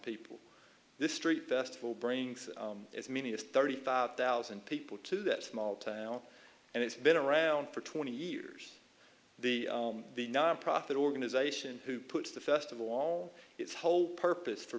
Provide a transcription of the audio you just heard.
people this street festival brings as many as thirty thousand people to that small town and it's been around for twenty years the the nonprofit organization who puts the festival all its whole purpose for